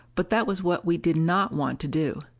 but that was what we did not want to do.